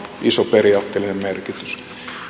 iso periaatteellinen merkitys